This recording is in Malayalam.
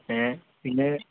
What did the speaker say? ഏ പിന്നെ